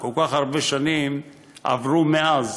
כל כך הרבה שנים עברו מאז,